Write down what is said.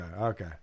Okay